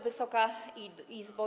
Wysoka Izbo!